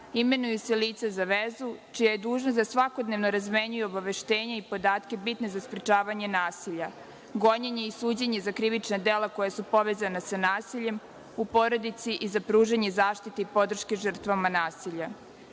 imenuje se lice za vezu, čija je dužnost da svakodnevno razmenjuje obaveštenja i podatke bitne za sprečavanje nasilja, gonjenje i suđenje za krivična dela koja su povezana sa nasiljem u porodici i za pružanje zaštite i podrške žrtvama nasilja. Po